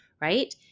right